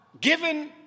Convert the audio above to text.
given